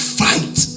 fight